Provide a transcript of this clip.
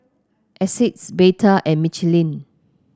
Asics Bata and Michelin